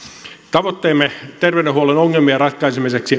tavoitteemme terveydenhuollon ongelmien ratkaisemiseksi